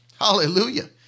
Hallelujah